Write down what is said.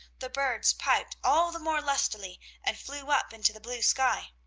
the birds piped all the more lustily and flew up into the blue sky.